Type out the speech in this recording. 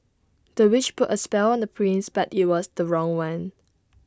the witch put A spell on the prince but IT was the wrong one